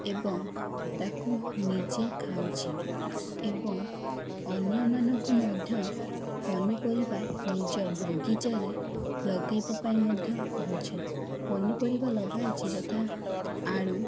ଏବଂ ତାକୁ ନିଜେ ଖାଉଛି ଏବଂ ଅନ୍ୟମାନଙ୍କୁ ମଧ୍ୟ ପନିପରିବା ନିଜ ବଗିଚାରେ ଲଗାଇବା ପାଇଁ ମଧ୍ୟ କହୁଛି ପନିପରିବା ଲଗାଇଛି ଯଥା ଆଳୁ